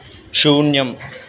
शून्यम्